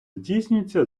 здійснюється